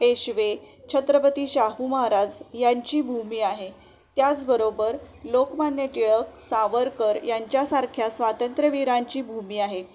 पेशवे छत्रपती शाहू महाराज यांची भूमी आहे त्याचबरोबर लोकमान्य टिळक सावरकर यांच्यासारख्या स्वातंत्र्यवीरांची भूमी आहे